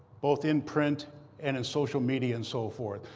both in print and in social media and so forth.